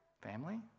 family